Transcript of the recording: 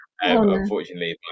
unfortunately